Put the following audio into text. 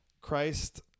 christ